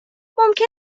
ممکن